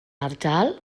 ardal